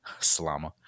Slama